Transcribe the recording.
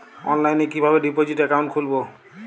অনলাইনে কিভাবে deposit account খুলবো?